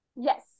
Yes